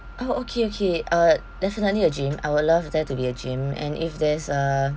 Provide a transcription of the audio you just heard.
oh okay okay uh definitely a gym I would love there to be a gym and if there's a